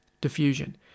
diffusion